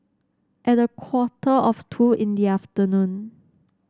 at a quarter of two in the afternoon